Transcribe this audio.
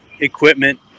equipment